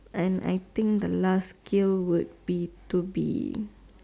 and I think the last skill would be to be